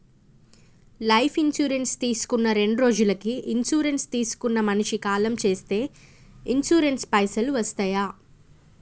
Life insurance తీసుకున్న రెండ్రోజులకి insurance తీసుకున్న మనిషి కాలం చేస్తే ఇన్సూరెన్స్ పైసల్ వస్తయా?